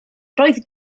roedd